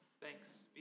Thanks